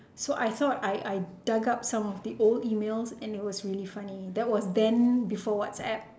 so I thought I I dug up some of the old emails and it was really funny that was then before whatsapp